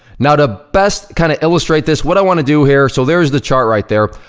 now, to best kinda illustrate this what i wanna do here, so there's the chart right there,